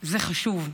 זה חשוב.